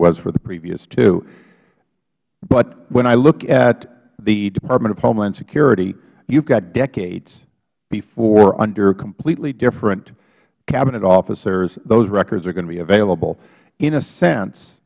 was for the previous two but when i look at the department of homeland security you have decades before under completely different cabinet officers those records are going to be available in a sense